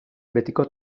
betiko